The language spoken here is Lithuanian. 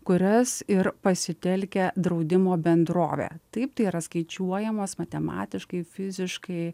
kurias ir pasitelkia draudimo bendrovė taip tai yra skaičiuojamos matematiškai fiziškai